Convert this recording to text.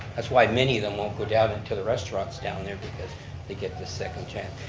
that's why many of them won't go down into the restaurants down there because they get this second charge.